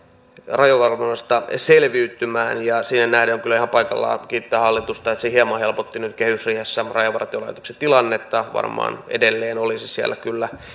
rajavalvonnasta selviytymään siihen nähden on kyllä ihan paikallaan kiittää hallitusta että se hieman helpotti nyt kehysriihessä rajavartiolaitoksen tilannetta varmaan edelleen siellä olisi kyllä